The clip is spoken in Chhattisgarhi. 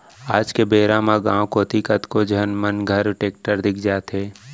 आज के बेरा म गॉंव कोती कतको झन मन घर टेक्टर दिख जाथे